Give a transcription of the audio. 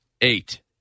eight